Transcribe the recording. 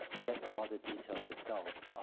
get a lot of details yourself,